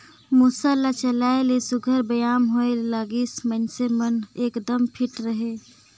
मूसर ल चलाए ले सुग्घर बेयाम होए लागिस, मइनसे मन एकदम फिट रहें